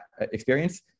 experience